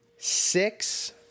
Six